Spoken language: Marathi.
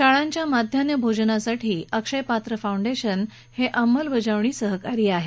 शाळांच्या माध्यान्हभोजनासाठी अक्षय पात्र फाऊंडेशन अंमलबजावणी सहकारी आहेत